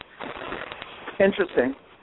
Interesting